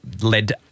led